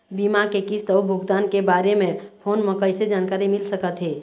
बीमा के किस्त अऊ भुगतान के बारे मे फोन म कइसे जानकारी मिल सकत हे?